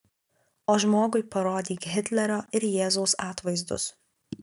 o žmogui parodyk hitlerio ir jėzaus atvaizdus